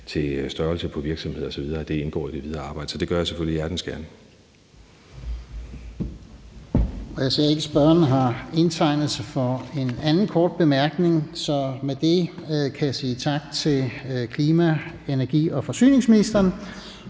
til størrelsen på virksomheder osv. Det vil indgå i det videre arbejde. Så det gør jeg selvfølgelig hjertens gerne. Kl. 10:07 Fjerde næstformand (Lars-Christian Brask): Jeg ser ikke, at spørgeren har indtegnet sig for en anden kort bemærkning. Så med det kan jeg sige tak til klima-, energi- og forsyningsministeren.